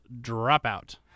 Dropout